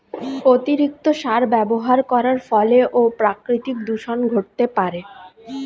অতিরিক্ত সার ব্যবহার করার ফলেও প্রাকৃতিক দূষন ঘটতে পারে